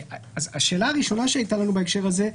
השאלה הראשונה שהייתה לנו בהקשר הזה: